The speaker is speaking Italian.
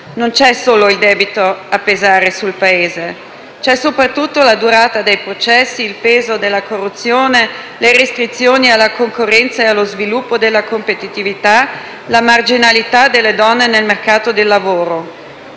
Non c'è solo il debito a pesare sul Paese. Ci sono soprattutto la durata dei processi; il peso della corruzione; le restrizioni alla concorrenza e allo sviluppo della competitività; la marginalità delle donne nel mercato del lavoro.